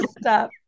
Stop